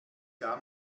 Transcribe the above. gar